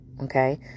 okay